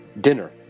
dinner